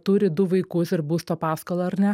turi du vaikus ir būsto paskolą ar ne